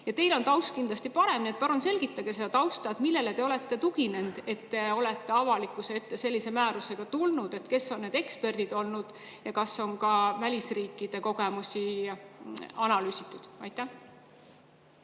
teate tausta kindlasti paremini. Palun selgitage seda tausta, millele te olete tuginenud, kui olete avalikkuse ette sellise määrusega tulnud. Kes on need eksperdid olnud ja kas on ka välisriikide kogemusi analüüsitud? Suur